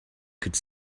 could